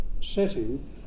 setting